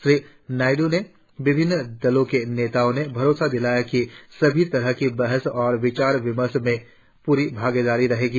श्री नायड् ने विभिन्न दलों के नेताओं ने भरोसा दिलाया कि सभी तरह की बहस और विचार विमर्श में प्री भागीदारी रहेगी